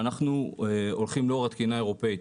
ואנחנו הולכים לאור התקינה האירופאית.